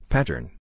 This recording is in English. Pattern